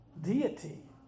deity